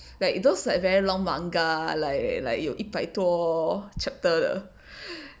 like those like very long manga like like 有一百多 chapter 的